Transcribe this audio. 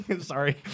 sorry